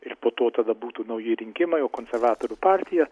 ir po to tada būtų nauji rinkimai o konservatorių partija